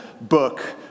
book